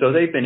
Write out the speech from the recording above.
so they've been